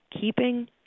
keeping